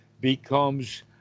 becomes